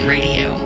Radio